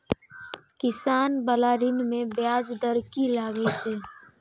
किसान बाला ऋण में ब्याज दर कि लागै छै?